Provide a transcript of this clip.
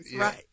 right